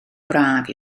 braf